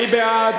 מי בעד?